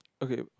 okay